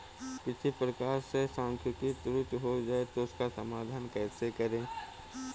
किसी प्रकार से सांख्यिकी त्रुटि हो जाए तो उसका समाधान कैसे करें?